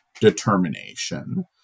determination